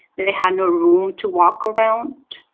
they had no room to walk around.